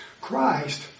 Christ